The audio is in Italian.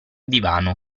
divano